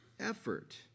Effort